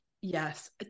Yes